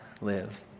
live